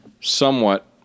somewhat